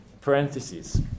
parentheses